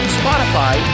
spotify